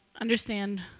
understand